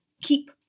keep